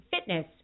fitness